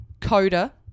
Coda